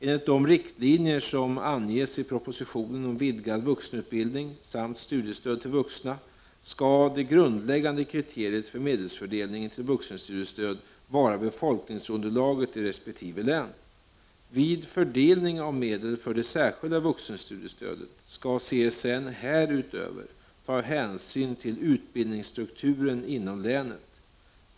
Enligt de riktlinjer som anges i propositionen om vidgad vuxenutbildning samt studiestöd till vuxna m.m. skall det grundläggande kriteriet för medelsfördelningen till vuxenstudiestöd vara befolkningsunderlaget i resp. län. Vid fördelningen av medlen för det särskilda vuxenstudiestödet skall CSN härutöver ta hänsyn till utbildningsstrukturen inom länet.